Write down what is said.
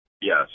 Yes